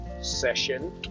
session